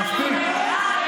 מספיק.